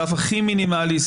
סף הכי מינימלי.